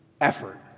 effort